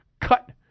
cut